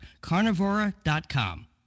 Carnivora.com